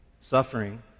Suffering